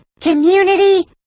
community